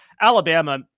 Alabama